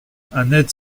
annette